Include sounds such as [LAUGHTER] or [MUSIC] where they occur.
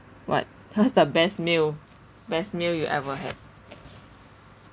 what what's the best meal best meal you ever had [NOISE]